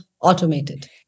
automated